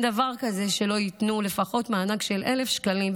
דבר כזה שלא ייתנו לפחות מענק של 1,000 שקלים,